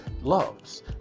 loves